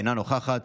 אינה נוכחת,